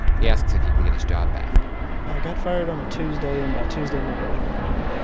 he asks if he can get his job back well, i got fired on a tuesday, and by tuesday night, i was working here.